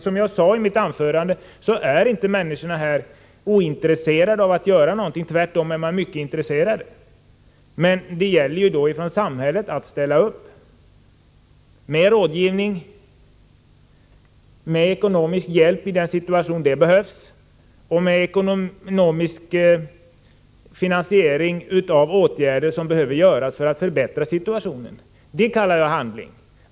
Som jag sade i mitt anförande är inte människorna i området ointresserade av att göra någonting. Tvärtom är de mycket intresserade. Men det gäller att samhället ställer upp, med rådgivning, med ekonomisk hjälp i den situation där det behövs och med finansiering av åtgärder som måste vidtas för att förbättra läget. Det kallar jag handling.